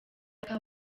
aka